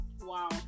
wow